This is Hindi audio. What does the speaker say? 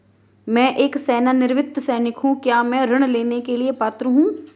मैं एक सेवानिवृत्त सैनिक हूँ क्या मैं ऋण लेने के लिए पात्र हूँ?